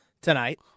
tonight